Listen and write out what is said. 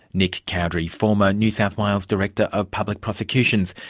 nick cowdery, former new south wales director of public prosecutions,